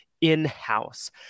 in-house